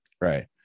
Right